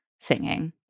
singing